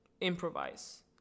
improvise